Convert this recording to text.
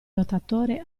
lottatore